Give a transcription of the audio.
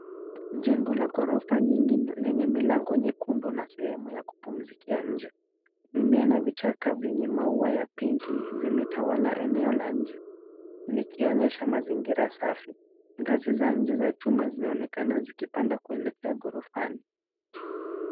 Jengo la ghorofa nyingine lenye milango nyekundu na sehemu ya kupumzika ya nje, mimea na vichaka, vyenye maua ya pinki, vimetawala eneo la nje, Nikionyesha mazingira safi, ngazi za nje za chuma zinaonekana zikipanda kuelekea ghorofani.